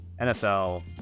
NFL